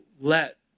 let